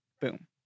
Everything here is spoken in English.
Boom